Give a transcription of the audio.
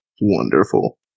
Wonderful